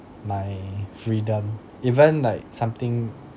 my freedom even like something